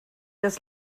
das